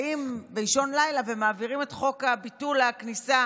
באים באישון לילה ומעבירים את חוק ביטול הכניסה